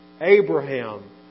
Abraham